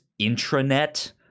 intranet